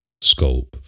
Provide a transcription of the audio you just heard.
scope